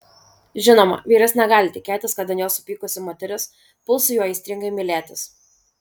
žinoma vyras negali tikėtis kad ant jo supykusi moteris puls su juo aistringai mylėtis